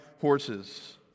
horses